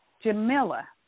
Jamila